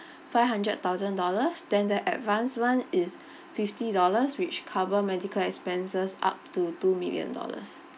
five hundred thousand dollars then the advanced [one] is fifty dollars which cover medical expenses up to two million dollars